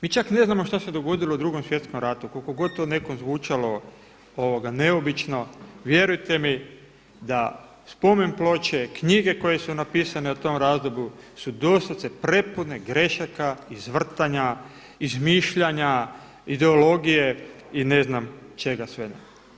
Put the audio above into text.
Mi čak ne znamo šta se dogodilo u Drugom svjetskom ratu koliko god to nekom zvučalo neobično, vjerujte mi da spomenploče, knjige koje su napisane o tom razdoblju su doslovce prepune grešaka, izvrtanja, izmišljanja, ideologije i ne znam čega sve ne.